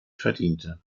verdiente